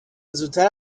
زودتر